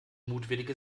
mutwillige